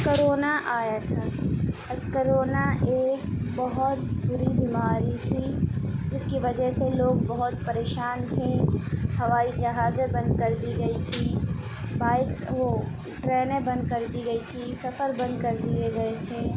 corona آیا تھا corona ایک بہت بری بیماری تھی جس کی وجہ سے لوگ بہت پریشان تھے ہوائی جہازیں بند کر دی گئی تھیں بائکس وہ ٹرینیں بند کر دی گئی تھیں سفر بند کر دیے گئے تھے